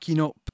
up